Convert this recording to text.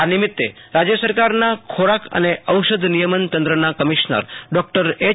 આ નિમિત્તે રાજ્ય સરકારના ખોરાક અને ઔષધ નિયમન તંત્રના કમિશનર ડોક્ટર એચ